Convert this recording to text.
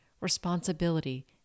responsibility